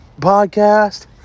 podcast